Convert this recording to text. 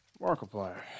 Markiplier